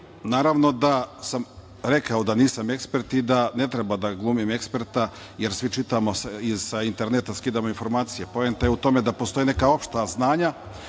Naravno da sam rekao da nisam ekspert i da ne treba da glumim eksperta, jer svi čitamo sa interneta, skidamo informacije. Poenta je u tome da postoje neka opšta znanja,